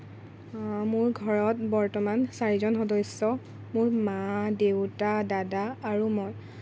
মোৰ ঘৰত বৰ্তমান চাৰিজন সদস্য মোৰ মা দেউতা দাদা আৰু মই